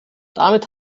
damit